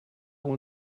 when